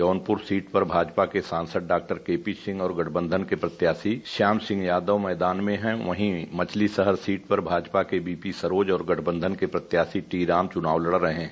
Jaunpur seat पर भाजपा के सांसद डाक्टर केपी सिंह और गठबंधन के बसपा प्रत्याशी श्याम सिंह यादव मैदान में हैं वहीं मछली शहर सीट पर भाजपा के बीपी सरोज और गठबंधन के बसपा प्रत्याशी टी राम चुनाव लड़ रहे हैं